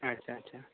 ᱟᱪᱪᱷᱟ ᱟᱪᱪᱷᱟ